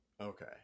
Okay